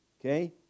Okay